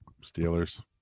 Steelers